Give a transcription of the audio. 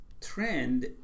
trend